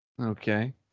Okay